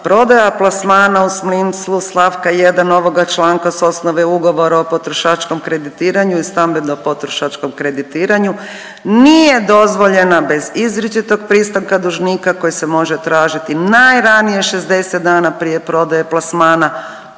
prodaja plasmana u smislu st. 1. ovoga članka s osnove ugovora o potrošačkom kreditiranju i stambeno potrošačkom kreditiranju nije dozvoljena bez izričitog pristanka dužnika koji se može tražiti najranije 60 dana prije prodaje plasmana,